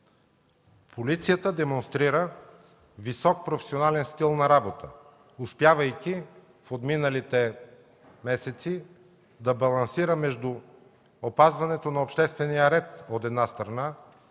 Полицията демонстрира висок професионален стил на работа, успявайки в отминалите месеци да балансира между опазването на обществения ред, от една страна,